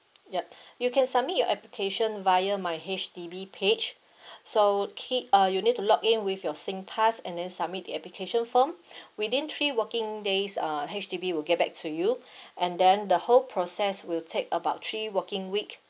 yup you can submit your application via my H_D_B page so key uh you need to login with your singpass and then submit the application form within three working days uh H_D_B will get back to you and then the whole process will take about three working week